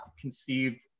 conceived